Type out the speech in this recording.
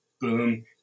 boom